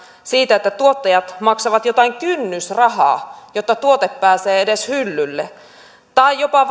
siitä että tuottajat maksavat jotain kynnysrahaa jotta tuote pääsee edes hyllylle tai jopa